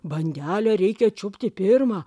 bandelę reikia čiupti pirmą